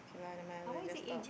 okay lah never mind we'll just talk